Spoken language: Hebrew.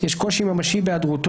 יש קושי ממשי בהיעדרותו